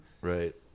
Right